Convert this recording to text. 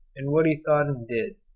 and what he thought and did,